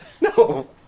No